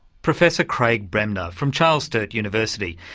professor greg bremner from charles sturt university.